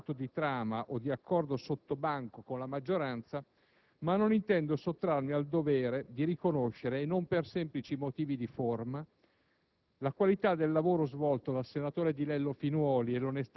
e quant'altro, sfiderò il pericolo di essere anch'io sospettato di "trama" o di "accordo sottobanco" con la maggioranza, ma non intendo sottrarmi al dovere di riconoscere, e non per semplice motivo forma,